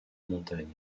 montagne